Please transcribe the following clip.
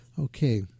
Okay